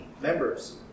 members